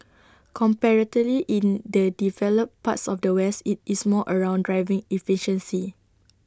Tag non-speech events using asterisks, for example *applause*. *noise* comparatively in the developed parts of the west IT is more around driving efficiency